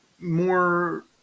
more